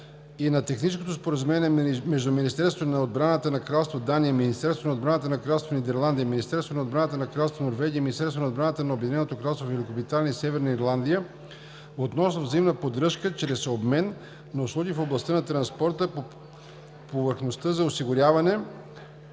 и на Техническо споразумение между Министерството на отбраната на кралство Дания, министъра на отбраната на Кралство Нидерландия, Министерството на отбраната на Кралство Норвегия и Министерството на отбраната на Обединеното кралство Великобритания и Северна Ирландия относно взаимна поддръжка чрез обмен на услуги в областта на транспорта по повърхността за осигуряване